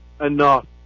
enough